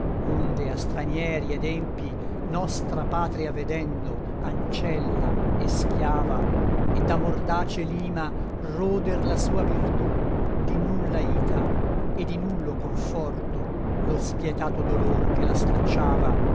onde a stranieri ed empi nostra patria vedendo ancella e schiava e da mordace lima roder la sua virtù di null'aita e di nullo conforto lo spietato dolor che la stracciava